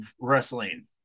wrestling